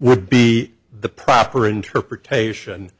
would be the proper interpretation